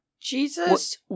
Jesus